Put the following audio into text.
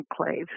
enclave